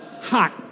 Hot